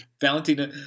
Valentina